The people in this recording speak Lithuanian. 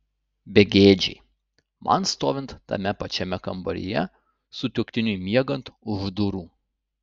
begėdžiai man stovint tame pačiame kambaryje sutuoktiniui miegant už durų